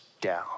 down